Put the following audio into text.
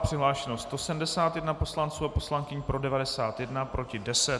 Přihlášeno 171 poslanců a poslankyň, pro 91, proti 10.